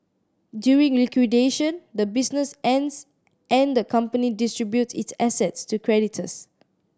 during liquidation the business ends and the company distributes its assets to creditors